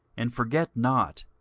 and forget not,